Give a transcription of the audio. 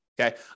Okay